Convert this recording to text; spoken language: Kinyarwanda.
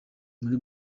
muri